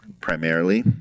primarily